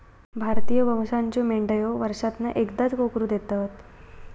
भारतीय वंशाच्यो मेंढयो वर्षांतना एकदाच कोकरू देतत